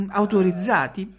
autorizzati